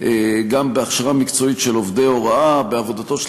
גם בהכשרה מקצועית של עובדי ההוראה ובעבודתו של